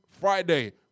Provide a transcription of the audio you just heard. Friday